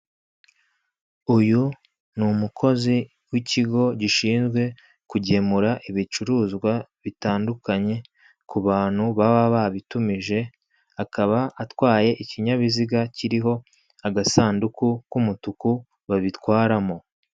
Uyu ni umukozi w'ikigo gishinzwe kugemura ibicuruzwa bitandukanye ku bantu baba babitumije akaba atwaye ikinyabiziga kiriho agasanduku k'umutuku babitwaramo.